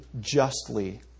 justly